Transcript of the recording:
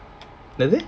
என்னது:ennathu